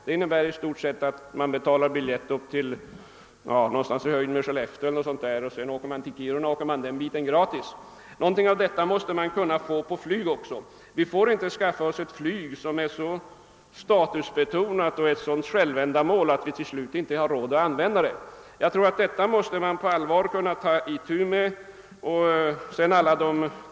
Det innebär i stort sett att man betalar biljetten upp till Umeå— Skellefteå, och sedan åker den sista biten till Kiruna gratis. Någonting av detta måste det vara möjligt att åstadkomma för flygets del. Flyget får inte vara så statusbetonat och ett sådant självändamål, att vi inte har råd att använda detta kommunikationsmedel. Jag anser att man på allvar måste ta itu med dessa förhållanden.